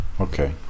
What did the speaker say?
Okay